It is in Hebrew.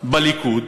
בליכוד